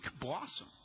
blossom